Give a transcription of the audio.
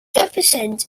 represent